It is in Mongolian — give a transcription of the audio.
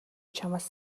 чамаас